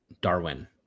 Darwin